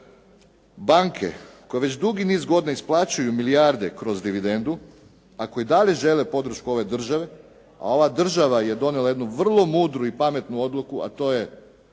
Banke koje već dugi niz godina isplaćuju milijarde kroz dividendu, a koji i dalje žele podršku ove države, a ova država je donijela jednu vrlo mudru i pametnu odluku, a to je